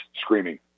screaming